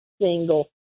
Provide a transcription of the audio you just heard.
single